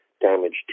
damaged